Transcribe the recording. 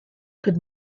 could